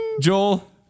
joel